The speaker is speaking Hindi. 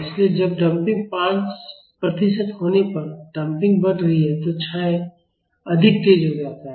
इसलिए जब डंपिंग 5 प्रतिशत होने पर डंपिंग बढ़ रही है तो क्षय अधिक तेज़ होता है